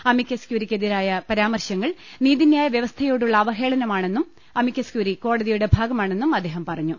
amicus ക്യൂറിക്കെതിരായ പരാമർശങ്ങൾ നീതിന്യായവ്യവസ്ഥയോടുള്ള അവഹേളനമാണെന്നും അമിക്കസ് ക്യൂറി കോടതിയുടെ ഭാഗമാണെന്നും അദ്ദേഹം പറ ഞ്ഞു